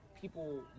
people